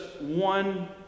one